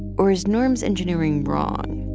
or is norms engineering wrong?